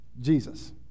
Jesus